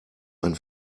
ein